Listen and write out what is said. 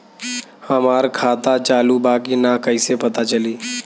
हमार खाता चालू बा कि ना कैसे पता चली?